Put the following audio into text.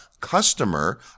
customer